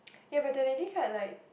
ya but they did cut like